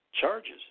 charges